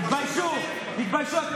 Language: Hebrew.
תודה רבה.